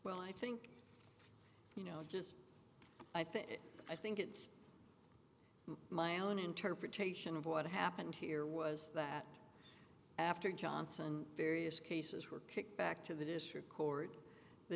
well i think you know just i think i think it's my own interpretation of what happened here was that after johnson various cases were kicked back to that issue of court the